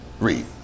Read